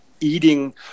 eating